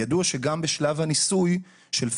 ידוע שגם בשלב הניסוי של פייזר,